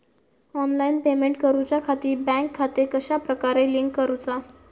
Online payment करुच्याखाती bank खाते कश्या प्रकारे लिंक करुचा?